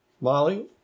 Molly